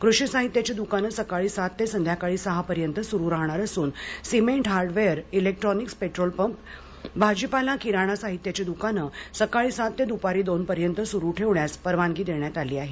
कृषी साहित्याची दुकाने सकाळी सात ते सायंकाळी सहावाजेपर्यंत सुरू राहणार असून सिमेंट हार्डवेअर इलेक्ट्रॉनिक्स पेट्रोलपंप भाजीपाला किराणा साहित्याची दुकाने सकाळी सात ते द्पारी दोन वाजेपर्यंत सुरू ठेवण्यास परवानगी देण्यात आली आहे